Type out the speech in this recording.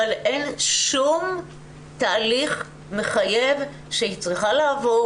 אבל אין שום תהליך מחייב שהיא צריכה לעבור,